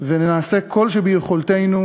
ונעשה כל שביכולתנו,